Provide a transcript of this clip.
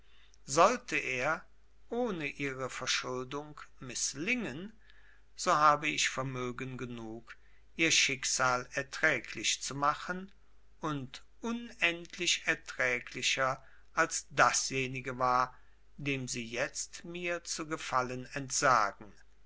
sollte er ohne ihre verschuldung mißlingen so habe ich vermögen genug ihr schicksal erträglich zu machen und unendlich erträglicher als dasjenige war dem sie jetzt mir zu gefallen entsagen